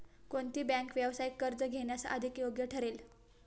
कोणती बँक व्यावसायिक कर्ज घेण्यास अधिक योग्य ठरेल?